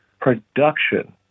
Production